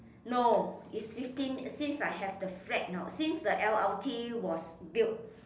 no is fifteen since I have the flat you know since the l_r_t was built